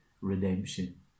redemption